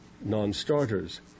non-starters